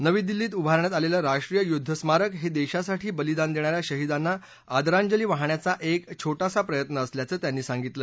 नवी दिल्लीत उभारण्यात आलेलं राष्ट्रीय युद्ध स्मारक हे देशासाठी बलिदान देणा या शहिदांना आदरांजली वाहण्याचा एक छोटासा प्रयत्न असल्याचं त्यांनी सांगितलं